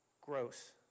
gross